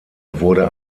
wurde